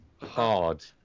hard